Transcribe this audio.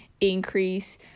increase